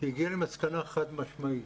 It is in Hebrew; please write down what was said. שהגיעה למסקנה חד משמעית,